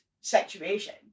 situation